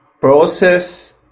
process